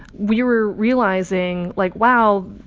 we were realizing, like, wow,